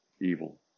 evil